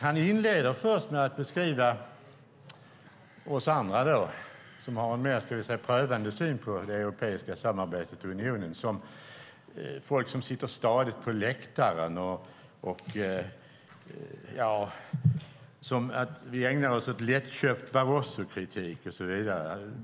Han inledde med den typen av uttalanden om oss andra som har en mer prövande syn på det europeiska samarbetet i unionen som att vi är folk som sitter stadigt på läktaren, att vi ägnar oss åt lättköpt Barrosokritik och så vidare.